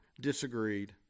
disagreed